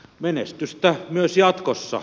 menestystä myös jatkossa